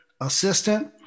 assistant